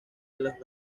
las